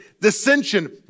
dissension